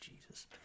Jesus